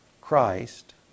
Christ